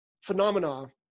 phenomena